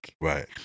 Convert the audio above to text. right